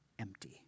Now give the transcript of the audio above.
empty